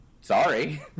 Sorry